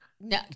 No